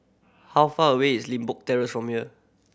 how far away is Limbok Terrace from here